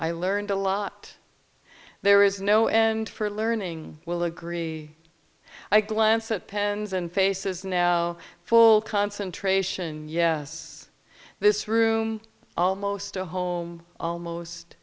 i learned a lot there is no and her learning will agree i glance at pens and faces now full concentration yes this room almost home almost